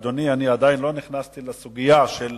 אדוני, אני עדיין לא נכנסתי לסוגיה של